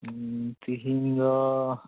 ᱛᱤᱦᱤᱧ ᱫᱚ